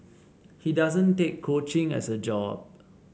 he doesn't take coaching as a job